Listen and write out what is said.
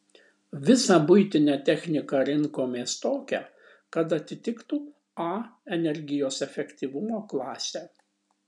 visą buitinę techniką rinkomės tokią kad atitiktų a energijos efektyvumo klasę